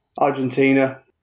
argentina